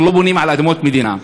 אנחנו לא בונים על אדמות מדינה.